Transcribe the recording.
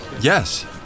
Yes